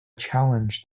challenge